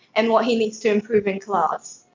and what he needs to improve in class.